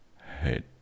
head